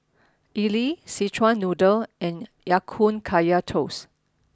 Idly Szechuan Noodle and Ya Kun Kaya Toast